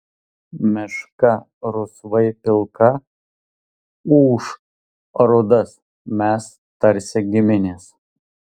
meška rusvai pilka ūš rudas mes tarsi giminės